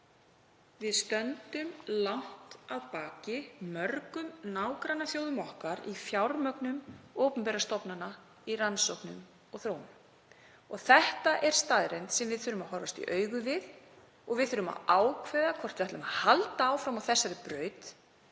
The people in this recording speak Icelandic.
Við stöndum langt að baki mörgum nágrannaþjóðum okkar í fjármögnun opinberra stofnana í rannsóknum og þróun. Það er staðreynd sem við þurfum að horfast í augu við. Við þurfum að ákveða hvort við ætlum að halda áfram á þessari braut